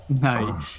no